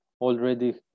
already